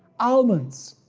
almonds,